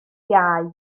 iau